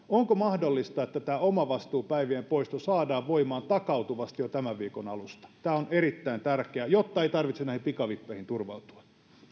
onko mahdollista että tämä omavastuupäivien poisto saadaan voimaan takautuvasti jo tämän viikon alusta tämä on erittäin tärkeää jotta ei tarvitse näihin pikavippeihin turvautua